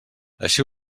així